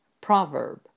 proverb